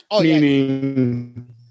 Meaning